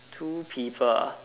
two people ah